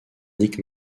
nick